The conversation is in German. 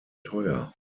teuer